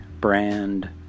brand